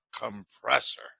compressor